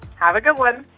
have a good one